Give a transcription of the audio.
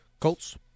Colts